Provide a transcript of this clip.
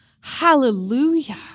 Hallelujah